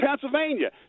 Pennsylvania